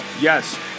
Yes